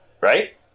Right